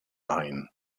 ein